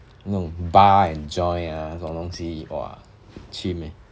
no bar and joint ah 这种东西 !wah! cheem eh